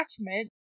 attachment